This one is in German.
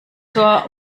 zur